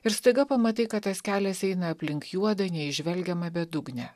ir staiga pamatai kad tas kelias eina aplink juodą neįžvelgiamą bedugnę